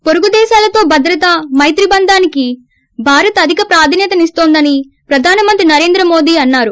పొరుగుదేశాలతో భద్రత మైత్రి బంధానికి భారత్ అధిక ప్రాధాన్యతనిస్తోందని ప్రధానమంత్రి నరేంద్రమోదీ అన్నారు